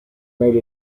made